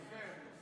נופל.